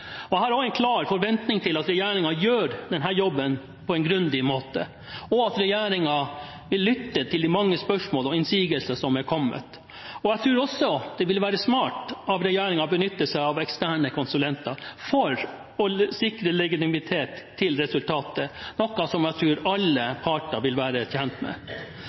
en klar forventning om at regjeringen gjør denne jobben på en grundig måte, og at regjeringen vil lytte til de mange spørsmålene og innsigelsene som har kommet. Jeg tror også det vil være smart av regjeringen å benytte seg av eksterne konsulenter for å sikre legitimitet til resultatet, noe jeg tror alle parter vil være tjent med.